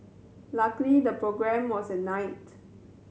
luckily the programme was at night